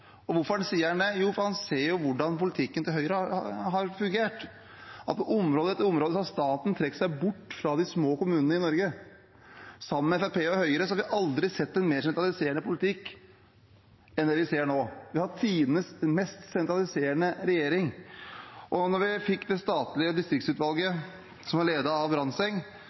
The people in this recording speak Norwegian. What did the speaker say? Hvorfor sier han det? Jo, fordi han ser hvordan politikken til Høyre har fungert, at på område etter område har staten trukket seg bort fra de små kommunene i Norge. Med Fremskrittspartiet og Høyre sammen har vi aldri sett en mer sentraliserende politikk enn det vi ser nå. Vi har tidenes mest sentraliserende regjering. Vi har fått et statlig distriktsutvalg, som er ledet av Brandtzæg, og han sier det rett ut: Statlige